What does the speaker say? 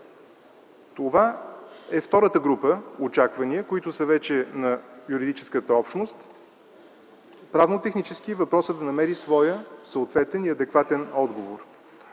Втората група очаквания са вече на юридическата общност – правно-технически въпросът да намери своя съответен и адекватен отговор.